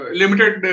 limited